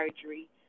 surgery